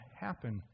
happen